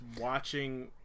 watching